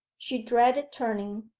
she dreaded turning,